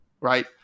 right